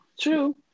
True